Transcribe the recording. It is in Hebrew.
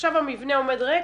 עכשיו המבנה עומד ריק